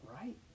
right